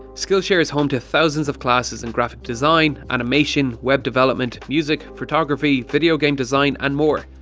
skillshare is home to thousands of classes in graphic design, animation, web development, music, photography, video game design and more.